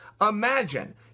Imagine